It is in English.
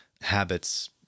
habits